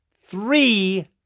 three